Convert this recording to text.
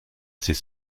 assez